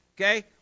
okay